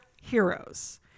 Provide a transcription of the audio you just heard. heroes